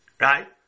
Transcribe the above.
Right